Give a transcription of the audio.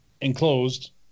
enclosed